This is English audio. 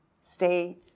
stay